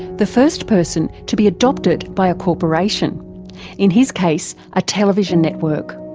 the first person to be adopted by a corporation in his case, a television network.